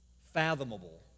fathomable